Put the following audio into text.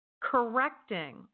correcting